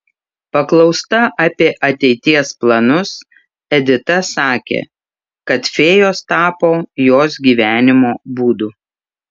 paklausta apie ateities planus edita sakė kad fėjos tapo jos gyvenimo būdu